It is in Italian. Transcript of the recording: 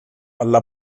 alla